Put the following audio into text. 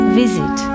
visit